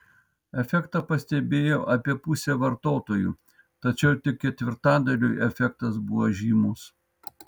efektą pastebėjo apie pusė vartotojų tačiau tik ketvirtadaliui efektas buvo žymus